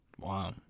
Wow